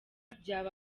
byaba